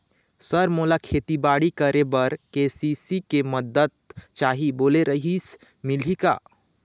Sir मोला खेतीबाड़ी करेबर के.सी.सी के मंदत चाही बोले रीहिस मिलही का?